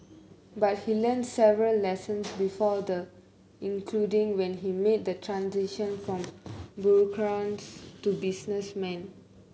but he learnt several lessons before the including when he made the transition from bureaucrats to businessman